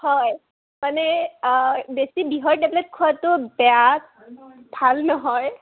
হয় মানে বেছি বিষৰ টেবলেট খোৱাটো বেয়া ভাল নহয়